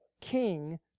king